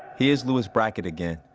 here's louis brackett again,